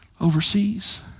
overseas